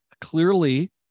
clearly